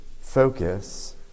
focus